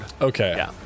okay